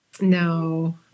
No